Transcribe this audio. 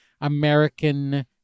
american